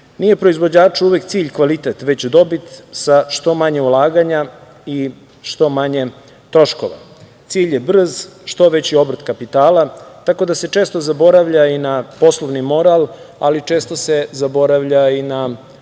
Nije proizvođaču uvek cilj kvalitet, već dobit sa što manje ulaganja i što manje troškova. Cilj je brz, što veći obrt kapitala, tako da se često zaboravlja i na poslovni moral, ali često se zaboravlja i na